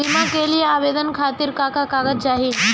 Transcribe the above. बीमा के लिए आवेदन खातिर का का कागज चाहि?